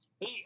Hey